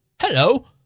hello